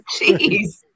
Jeez